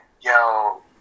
yo